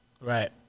Right